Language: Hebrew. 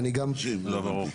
היו בחירות?